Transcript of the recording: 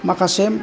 माखासे